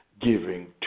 giving